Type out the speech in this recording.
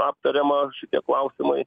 aptariama šitie klausimai